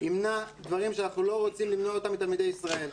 ימנע דברים שאנחנו לא רוצים למנוע אותם מתלמידי ישראל.